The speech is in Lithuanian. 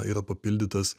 yra papildytas